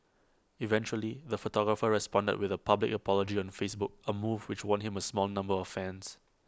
eventually the photographer responded with A public apology on Facebook A move which won him A small number of fans